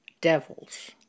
devils